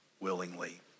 willingly